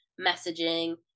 messaging